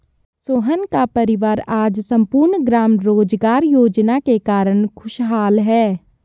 सोहन का परिवार आज सम्पूर्ण ग्राम रोजगार योजना के कारण खुशहाल है